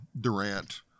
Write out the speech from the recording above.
Durant